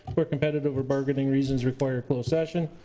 where competitive we're bargaining reasons require closed session,